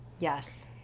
Yes